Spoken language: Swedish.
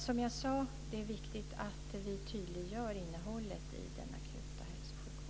Som jag sade är det dock viktigt att vi tydliggör innehållet i den akuta hälso och sjukvården.